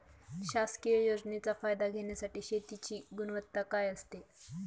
शासकीय योजनेचा फायदा घेण्यासाठी शेतीची गुणवत्ता काय असते?